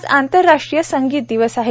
आज आंतरराष्ट्रीय संगीत दिवस आहे